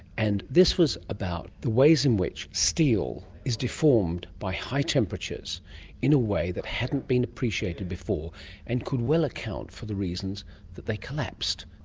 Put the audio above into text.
and this was about the ways in which steel is deformed by high temperatures in a way that hadn't been appreciated before and could well account for the reasons that they collapsed.